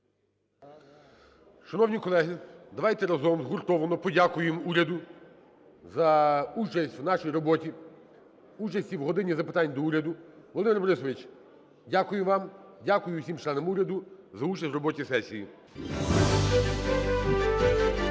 Шановні колеги, давайте разом, згуртовано подякуємо уряду за участь у нашій роботі, участі в "годині запитань до Уряду". Володимире Борисовичу, дякую вам, дякую всім членам уряду за участь в роботі сесії.